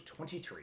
23